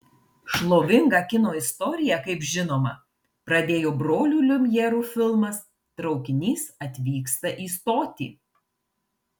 šlovingą kino istoriją kaip žinoma pradėjo brolių liumjerų filmas traukinys atvyksta į stotį